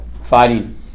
Fighting